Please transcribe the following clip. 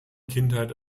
kindheit